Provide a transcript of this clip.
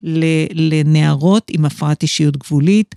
לנערות עם הפרט אישיות גבולית.